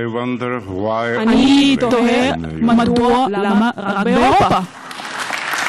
אני תוהה מדוע, למה רק באירופה.